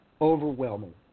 overwhelming